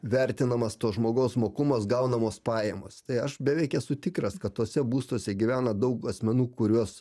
vertinamas to žmogaus mokumas gaunamos pajamos tai aš beveik esu tikras kad tuose būstuose gyvena daug asmenų kuriuos